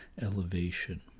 elevation